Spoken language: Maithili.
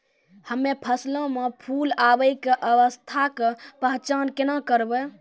हम्मे फसलो मे फूल आबै के अवस्था के पहचान केना करबै?